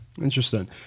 Interesting